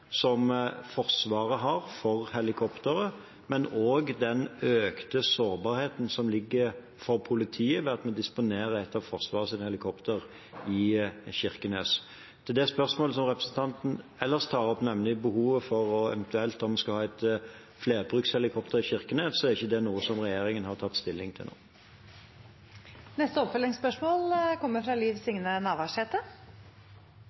som Forsvaret har for helikoptret, men også den økte sårbarheten som ligger for politiet ved at vi disponerer ett av Forsvarets helikoptre i Kirkenes. Til det spørsmålet som representanten ellers tar opp, nemlig behovet for – og om en eventuelt skal ha flerbrukshelikoptre – i Kirkenes, er ikke det noe regjeringen har tatt stilling til nå. Liv Signe Navarsete – til oppfølgingsspørsmål.